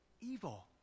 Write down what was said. evil